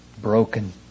broken